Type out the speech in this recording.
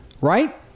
Right